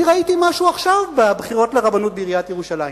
אני ראיתי משהו עכשיו בבחירות לרבנות בעיריית ירושלים.